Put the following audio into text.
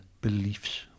beliefs